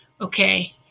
Okay